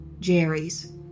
Jerry's